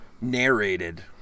narrated